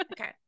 okay